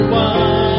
one